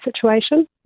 situation